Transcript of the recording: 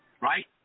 right